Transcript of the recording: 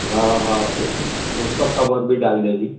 हाऊ हाऊ उसका कवर भी डाल दो जी